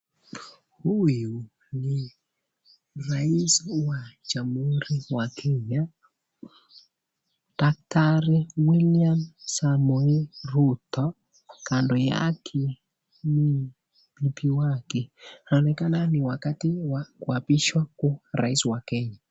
Huyu ni rais wa Jamhuri wa Kenya, Daktari William Samoei Ruto. Kando yake ni bibi wake. Inaonekana ni wakati wa kuapishwa kwa rais wa Kenya.